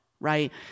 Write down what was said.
Right